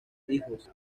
hijos